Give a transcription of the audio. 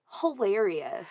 hilarious